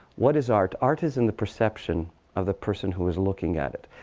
what is art? art is in the perception of the person who is looking at it.